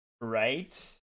Right